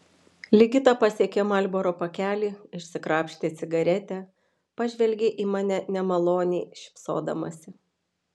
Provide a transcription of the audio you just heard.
ligita pasiekė marlboro pakelį išsikrapštė cigaretę pažvelgė į mane nemaloniai šypsodamasi